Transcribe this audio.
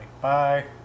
Bye